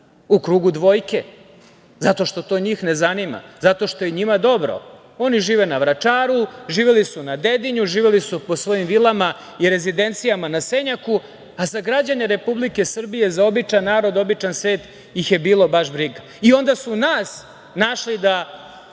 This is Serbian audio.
u krugu dvojke. Zato što to njih ne zanima. Zato što je njima dobro. Oni žive na Vračaru, živeli su na Dedinju, živeli su po svojim vilama i rezidencijama na Senjaku, a za građane Republike Srbije, za običan narod, običan svet ih je bilo baš briga. Onda su nas našli da